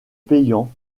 payant